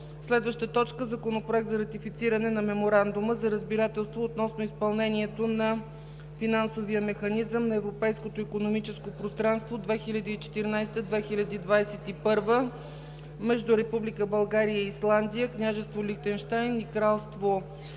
съвет. 5. Законопроект за ратифициране на Меморандума за разбирателство относно изпълнението на Финансовия механизъм на Европейското икономическо пространство 2014 – 2021 между Република България и Исландия, Княжество Лихтенщайн и Княжество Норвегия.